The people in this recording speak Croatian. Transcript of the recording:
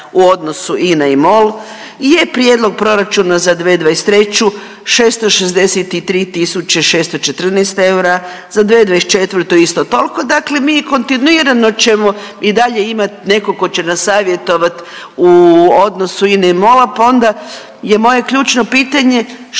u odnosu INA-MOL je prijedlog proračuna za 2023. 663 tisuće 614 eura, za 2024. isto tolko, dakle mi kontinuirano ćemo i dalje imat nekog ko će nas savjetovat u odnosu INA-MOL, pa onda je moje ključno pitanje